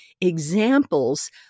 examples